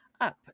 up